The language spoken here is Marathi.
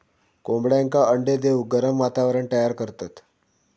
कोंबड्यांका अंडे देऊक गरम वातावरण तयार करतत